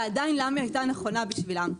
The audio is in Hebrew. ולמה היא הייתה נכונה בשבילם.